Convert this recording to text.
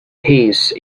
peace